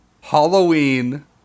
Halloween